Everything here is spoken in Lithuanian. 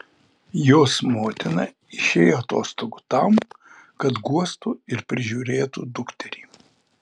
jos motina išėjo atostogų tam kad guostų ir prižiūrėtų dukterį